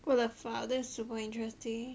what the fuck that's super interesting